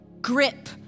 grip